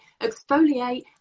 exfoliate